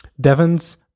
devon's